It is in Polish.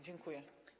Dziękuję.